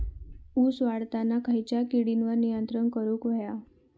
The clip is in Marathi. ऊस वाढताना खयच्या किडींवर नियंत्रण करुक व्हया?